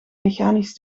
mechanisch